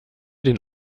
den